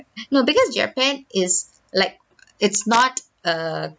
no because japan is like it's not a